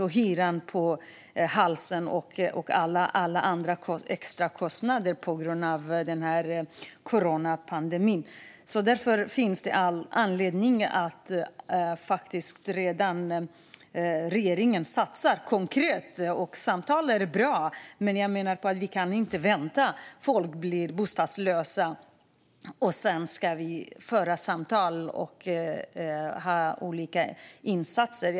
Man har också hyran och alla andra extra kostnader på grund av coronapandemin på halsen. Därför finns det all anledning för regeringen att redan nu satsa konkret. Samtal är bra. Men jag menar att vi inte kan vänta. Folk blir bostadslösa. Sedan ska vi föra samtal och göra olika insatser.